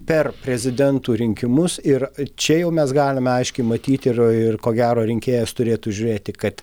per prezidentų rinkimus ir čia jau mes galime aiškiai matyti ir ir ko gero rinkėjas turėtų žiūrėti kad